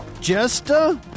Jester